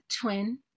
twin